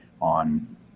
on